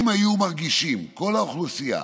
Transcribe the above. אם היו מרגישים, כל האוכלוסייה,